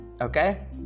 Okay